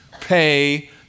pay